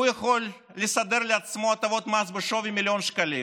הוא יכול לסדר לעצמו הטבות מס בשווי מיליון שקלים